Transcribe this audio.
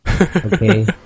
Okay